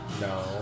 No